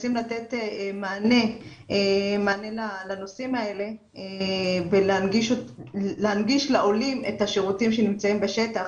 מנסים לתת מענה לנושאים האלה ולהנגיש לעולים את השירותים שנמצאים בשטח.